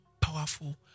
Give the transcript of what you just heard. powerful